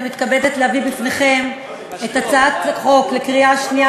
אני מתכבדת להביא בפניכם לקריאה שנייה